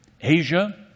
Asia